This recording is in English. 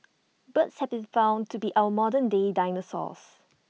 birds have been found to be our modern day dinosaurs